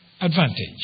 advantage